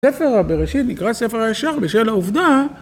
ספר בראשית נקרא ספר הישר בשל העובדה